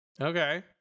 Okay